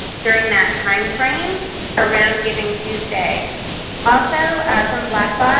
during that timeframe around givingtuesday. also from blackbaud,